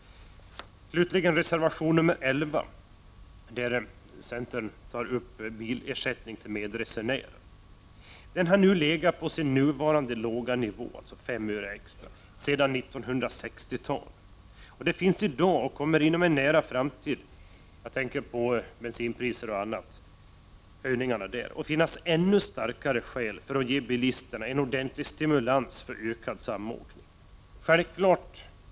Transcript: I reservation 11 tar centern upp frågan om bilersättningen till medresenärer. Denna ersättning har legat på sin nuvarande låga nivå, dvs. 5 öre extra, sedan 1960-talet. Det finns i dag och kommer i en nära framtid — jag tänker på höjningarna av bensinpriset och annat — att finnas ännu starkare skäl för att ge bilisterna en ordentlig stimulans till ökad samåkning.